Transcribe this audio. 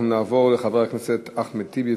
אנחנו נעבור לחבר הכנסת אחמד טיבי.